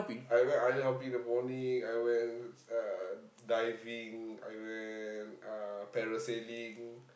I went island hopping in the morning I went uh diving I went uh parasailing